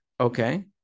okay